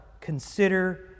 consider